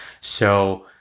So-